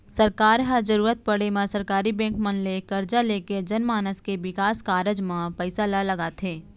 सरकार ह जरुरत पड़े म सरकारी बेंक मन ले करजा लेके जनमानस के बिकास कारज म पइसा ल लगाथे